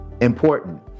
important